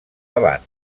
abans